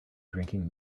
drinking